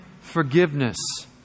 forgiveness